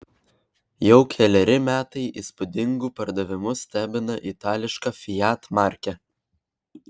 jau keleri metai įspūdingu pardavimu stebina itališka fiat markė